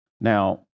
now